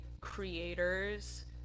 creators